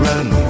Run